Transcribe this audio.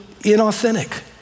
inauthentic